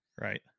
Right